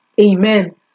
Amen